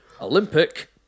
Olympic